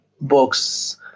books